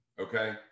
Okay